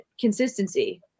consistency